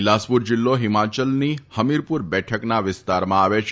બીલાસપુર જિલ્લો હિમાચલની હમીરપુર બેઠકના વિસ્તારમાં આવે છે